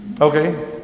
Okay